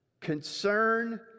concern